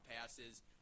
passes